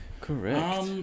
Correct